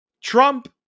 Trump